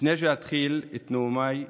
לפני שאתחיל את נאומי,